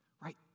Right